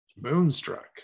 Moonstruck